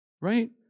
right